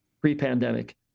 pre-pandemic